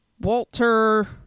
Walter